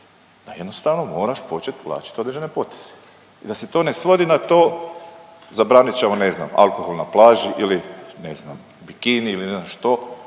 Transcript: jednostavno moraš početi plaćati određene poticaje. Da se to ne svodi na to zabranit ćemo, ne znam, alkohol na plaži ili ne znam, bikini ili ne znam što,